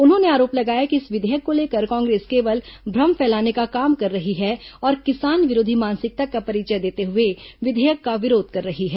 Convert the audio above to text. उन्होंने आरोप लगाया कि इस विधेयक को लेकर कांग्रेस केवल भ्रम फैलाने का काम कर रही है और किसान विरोधी मानसिकता का परिचय देते हुए विधेयक का विरोध कर रही है